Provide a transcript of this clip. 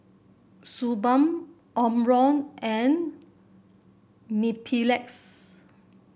Suu Balm Omron and Mepilex